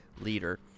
leader